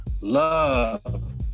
Love